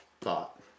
thought